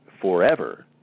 forever